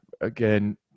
again –